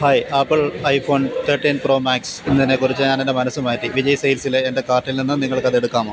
hi Apple iPhone thirteen pro max എന്നതിനെക്കുറിച്ച് ഞാനെൻ്റെ മനസ്സ് മാറ്റി വിജയ് സെയിൽസിലെ എൻ്റെ കാർട്ടിൽ നിന്ന് നിങ്ങൾക്കത് എടുക്കാമോ